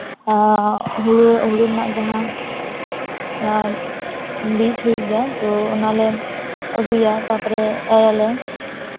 ᱦᱩᱲᱩ ᱦᱩᱲᱩ ᱨᱮᱱᱟᱜ ᱡᱟᱦᱟᱸ ᱵᱤᱡᱽ ᱦᱩᱭᱩᱜ ᱜᱮᱭᱟ ᱛᱚ ᱚᱱᱟᱞᱮ ᱟᱹᱜᱩᱭᱟ ᱛᱟᱨᱯᱚᱨᱮ ᱮᱨ ᱟᱞᱮ